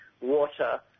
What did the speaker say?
water